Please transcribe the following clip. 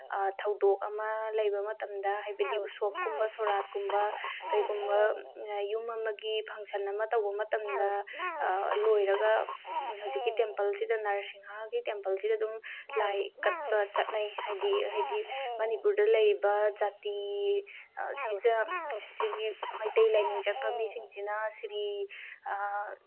ꯊꯧꯗꯣꯛ ꯑꯃ ꯂꯩꯕ ꯃꯇꯝꯗ ꯍꯥꯏꯕꯗꯤ ꯎꯁꯣꯞꯀꯨꯝꯕ ꯁꯣꯔꯥꯠꯀꯨꯝꯕ ꯀꯩꯒꯨꯝꯕ ꯌꯨꯝ ꯑꯃꯒꯤ ꯐꯪꯁꯟ ꯑꯃ ꯇꯧꯕ ꯃꯇꯝꯗ ꯂꯣꯏꯔꯒ ꯍꯧꯖꯤꯛꯀꯤ ꯇꯦꯝꯄꯜꯁꯤꯗ ꯅꯔꯁꯤꯡꯍꯒꯤ ꯇꯦꯝꯄꯜꯁꯤꯗ ꯑꯗꯨꯝ ꯂꯥꯏ ꯀꯠꯄ ꯆꯠꯅꯩ ꯍꯥꯏꯗꯤ ꯍꯥꯏꯗꯤ ꯃꯅꯤꯄꯨꯔꯗ ꯂꯩꯔꯤꯕ ꯖꯥꯇꯤ ꯁꯤꯗ ꯁꯤꯒꯤ ꯃꯩꯇꯩ ꯂꯥꯏꯅꯤꯡ ꯆꯠꯄ ꯃꯤꯁꯤꯡꯁꯤꯅ ꯁꯤꯔꯤ